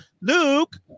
Luke